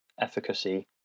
efficacy